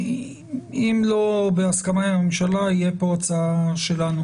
אם לא בהסכמה של הממשלה תהיה פה הצעה שלנו